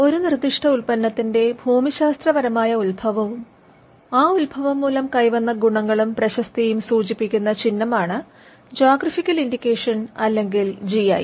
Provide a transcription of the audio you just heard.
ഒരു നിർദിഷ്ട ഉൽപ്പന്നത്തിന്റെ ഭൂമി ശാസ്ത്രപരമായ ഉത്ഭവവും ആ ഉത്ഭവം മൂലം കൈവന്ന ഗുണങ്ങളും പ്രശസ്തിയും സൂചിപ്പിക്കുന്ന ചിഹ്നമാണ് ജോഗ്രഫിക്കൽ ഇൻഡിക്കേഷൻ അല്ലെങ്കിൽ ജി ഐ